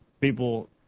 people